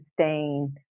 sustain